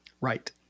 Right